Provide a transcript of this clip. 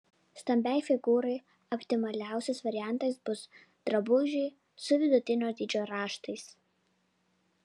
stambiai figūrai optimaliausias variantas bus drabužiai su vidutinio dydžio raštais